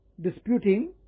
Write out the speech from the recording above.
disputing